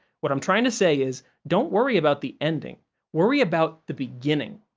what i'm trying to say is, don't worry about the ending worry about the beginning.